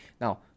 Now